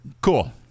Cool